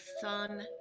sun